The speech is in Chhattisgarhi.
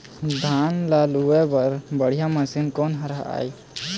धान ला लुआय बर बढ़िया मशीन कोन हर आइ?